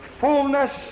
Fullness